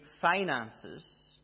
finances